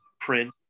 print